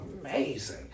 amazing